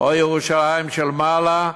או "ירושלים של מעלה",